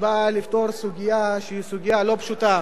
שבאה לפתור סוגיה שהיא סוגיה לא פשוטה,